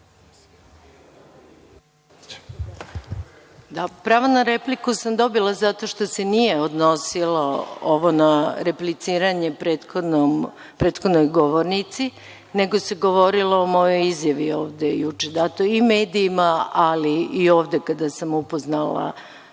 Pravo na repliku sam dobila zato što se nije odnosilo ovo na repliciranje prethodnoj govornici, nego se govorilo o mojoj izjavi ovde juče, datoj i medijima, ali i ovde kada sam upoznavala